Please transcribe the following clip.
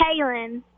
Kaylin